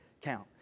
count